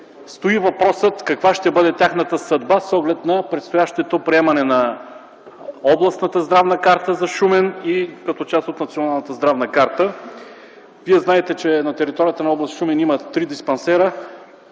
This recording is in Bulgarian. е въпросът каква ще бъде тяхната съдба с оглед на предстоящото приемане на Областната здравна карта за Шумен като част от Националната здравна карта. Вие знаете, че на територията на област Шумен има три диспансера.